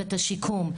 ואת השיקום,